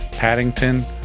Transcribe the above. Paddington